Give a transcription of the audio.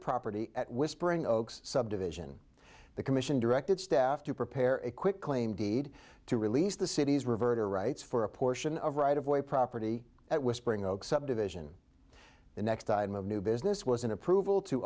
property at whispering oaks subdivision the commission directed staff to prepare a quick claim deed to release the city's revert or rights for a portion of right of way property at whispering oaks subdivision the next item of new business was an approval to